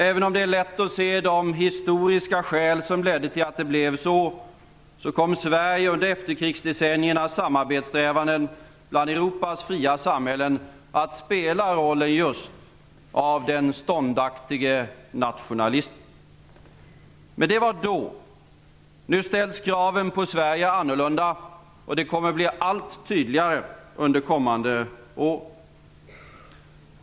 Även om det är lätt att se de historiska skäl som ledde till att det blev så, kom Sverige under efterkrigsdecenniernas samarbetssträvanden bland Europas fria samhällen att spela rollen just av den ståndaktige nationalisten. Men det var då. Nu ställs kraven på Sverige annorlunda, och det kommer att bli allt tydligare under kommande år.